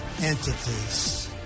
entities